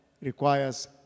requires